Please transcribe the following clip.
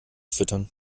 füttern